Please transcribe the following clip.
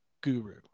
guru